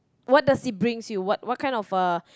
what does it brings you what what kind of uh